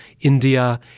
India